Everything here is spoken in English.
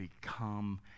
become